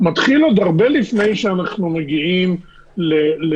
מתחיל עוד הרבה לפני שאנחנו מגיעים למצב